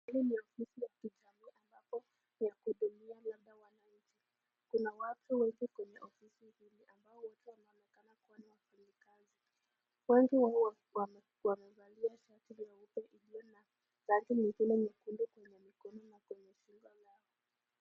Hili ni ofisi la kitaaluma ambapo ni ya kuhudumia labda wananchi , kuna watu walio kwenye ofisi hili ambalo wote wanaonekana kufanya kazi, watu hao wamevalia shati nyeupe ilio na nyekundu kwenye mikono na shingo lao.